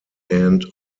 end